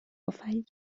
آفرید